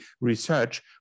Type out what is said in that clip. research